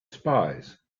spies